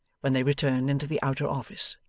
when they returned into the outer office.